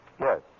Yes